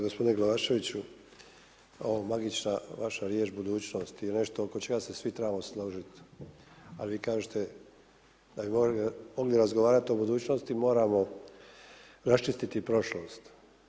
Gospodine Glavaševiću, ova magična vaša riječ „budućnost“ je nešto oko čega se svi trebalo složiti a vi kažete da bi voljeli ovdje razgovarati o budućnosti moramo raščistiti prošlost.